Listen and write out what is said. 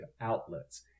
outlets